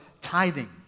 tithing